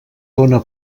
dóna